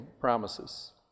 promises